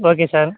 okay sir